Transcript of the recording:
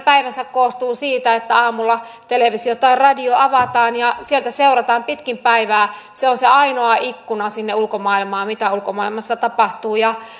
koostuvat siitä että aamulla televisio tai radio avataan ja sitä seurataan pitkin päivää se on se ainoa ikkuna sinne ulkomaailmaan mitä ulkomaailmassa tapahtuu